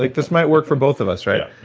like this might work for both of us, right.